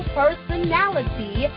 personality